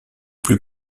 plus